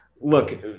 look